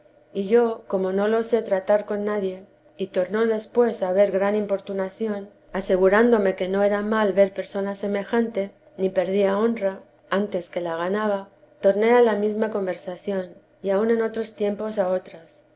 y yo como no lo osé tratar con nadie y tornó después a haber gran importunación asegurándome que no era mal ver persona semejante ni perdía honra antes que la ganaba torné a la mesma conversación y aun en otros tiempos a otras